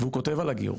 והוא כותב על הגיור.